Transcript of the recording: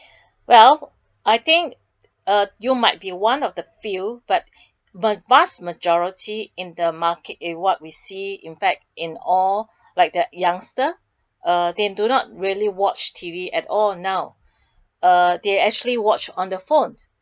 well I think uh you might be one of the few but but vast majority in the market in what we see in fact in all like the youngster uh they do not really watch T_V at all now uh they actually watch on the phone